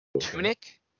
Tunic